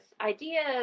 ideas